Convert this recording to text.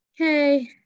okay